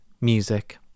music